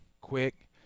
quick